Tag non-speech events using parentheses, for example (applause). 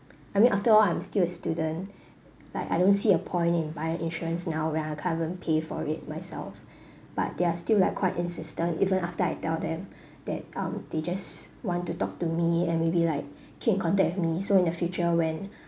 I mean after all I'm still a student (breath) like I don't see a point in buying insurance now when I can't even pay for it myself (breath) but they are still like quite insistent even after I tell them (breath) that um they just want to talk to me and maybe like (breath) keep in contact with me so in the future when (breath)